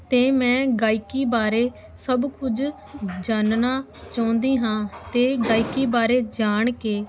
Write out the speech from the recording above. ਅਤੇ ਮੈਂ ਗਾਇਕੀ ਬਾਰੇ ਸਭ ਕੁਝ ਜਾਨਣਾ ਚਾਹੁੰਦੀ ਹਾਂ ਅਤੇ ਗਾਇਕੀ ਬਾਰੇ ਜਾਣ ਕੇ